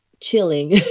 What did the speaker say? Chilling